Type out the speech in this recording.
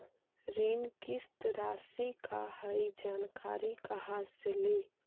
ऋण किस्त रासि का हई जानकारी कहाँ से ली?